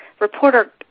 reporter